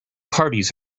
parties